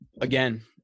Again